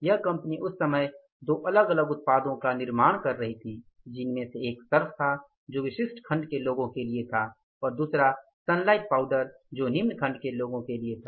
वह कंपनी उस समय दो अलग अलग उत्पादों का निर्माण कर रही थी जिनमें से एक सर्फ था जो विशिष्ट खंड के लोगों के लिए था और दूसरा सनलाइट पाउडर जो निम्न खंड के लोगों के लिए था